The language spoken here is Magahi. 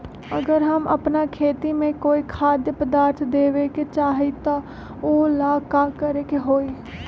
अगर हम अपना खेती में कोइ खाद्य पदार्थ देबे के चाही त वो ला का करे के होई?